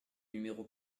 numéro